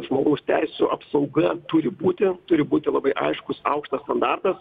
žmogaus teisių apsauga turi būti turi būti labai aiškus aukštas standartas